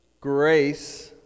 grace